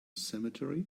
cemetery